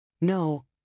No